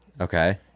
Okay